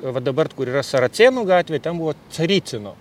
va dabar kur yra saracėnų gatvė ten buvo caricino